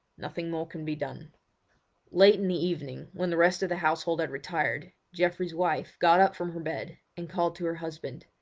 nothing more can be done late in the evening, when the rest of the household had retired, geoffrey's wife got up from her bed and called to her husband.